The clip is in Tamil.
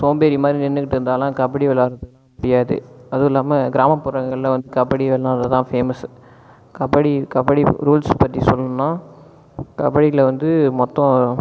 சோம்பேறி மாதிரி நின்றுக்கிட்டு இருந்தாவெலாம் கபடி விளையாட முடியாது அதுல்லாமல் கிராமப்புறங்களில் வந்து கபடி விளையாடுறது தான் ஃபேமஸ் கபடி கபடி ரூல்ஸ் பற்றி சொல்லணும்னால் கபடியில் வந்து மொத்தம்